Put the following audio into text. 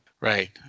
right